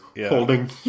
holding